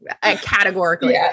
categorically